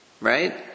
Right